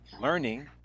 Learning